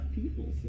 people